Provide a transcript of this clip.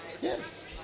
yes